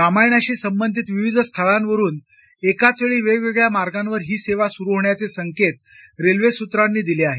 रामायणाशी संबंधित विविध स्थळांवरून एकाचवेळी वेगवेगळ्या मार्गावर ही सेवा सुरू होण्याचे संकेत रेल्वे सूत्रांनी दिले आहेत